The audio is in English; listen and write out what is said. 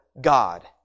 God